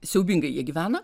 siaubingai jie gyvena